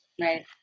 right